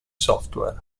software